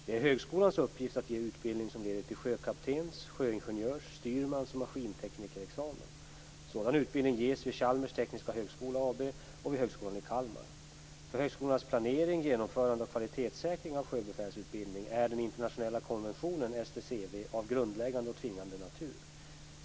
Det är högskolans uppgift att ge utbildning som leder till sjökaptens-, sjöingenjörs-, styrmans och maskinteknikerexamen. Sådan utbildning ges vid Kalmar. För högskolornas planering, genomförande och kvalitetssäkring av sjöbefälsutbildning är den internationella konventionen, STCW, av grundläggande och tvingande natur.